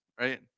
right